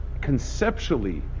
conceptually